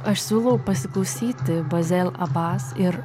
aš siūlau pasiklausyti bazel abas ir